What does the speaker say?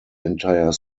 entire